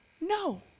No